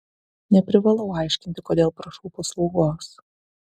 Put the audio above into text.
neprivalau aiškinti kodėl prašau paslaugos